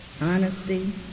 Honesty